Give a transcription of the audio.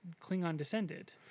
Klingon-descended